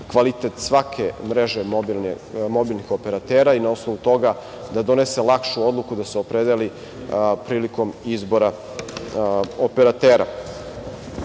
svake mreže mobilnih operatera i na osnovu toga da donese lakšu odluku da se opredeli prilikom izbora operatera. Kada